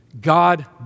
God